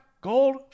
gold